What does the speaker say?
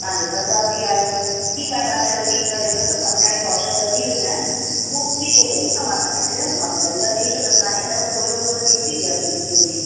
तव्हां ॾिसंदा बि आहियो ठीकु आहे तव्हां चयो लीक करे थो त समटाइम वॉशर ॻड़ी वेंदा आहिनि त हू थी थो सघे त मां तव्हांखे चयो न मां सिलेंडर ॾेई छॾींदोसांसि हींअर खोलियो हूंदो त केतिरी गैस निकिती हूंदी